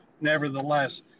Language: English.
nevertheless